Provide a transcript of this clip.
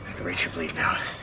the rate you're bleeding out,